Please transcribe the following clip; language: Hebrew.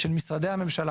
של משרדי הממשלה,